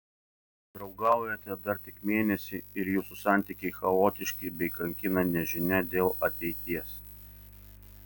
draugaujate dar tik mėnesį ir jūsų santykiai chaotiški bei kankina nežinia dėl ateities